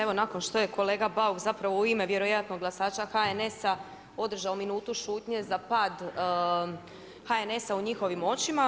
Evo nakon što je kolega Bauk zapravo u ime, vjerojatno glasača HNS-a održao minutu šutnje za pad HNS-a u njihovim očima.